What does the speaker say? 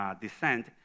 descent